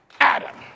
Adam